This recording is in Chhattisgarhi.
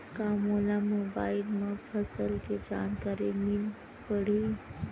का मोला मोबाइल म फसल के जानकारी मिल पढ़ही?